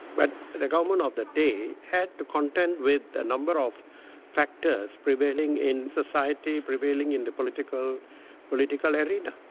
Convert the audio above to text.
but the government of the day had to contend with a number of factors prevailing in society, prevailing in the political political area,